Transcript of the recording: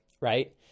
right